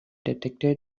detected